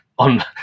On